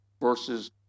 versus